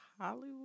Hollywood